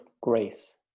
grace